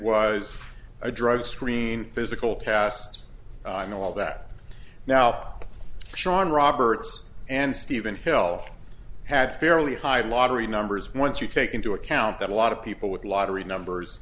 was a drug screen physical test and all that now shaun roberts and stephen hill had fairly high lottery numbers once you take into account that a lot of people with lottery